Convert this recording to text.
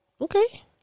Okay